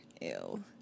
ew